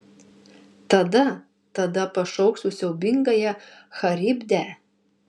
tada tada pašauksiu siaubingąją charibdę